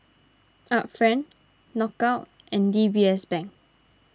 Art Friend Knockout and D B S Bank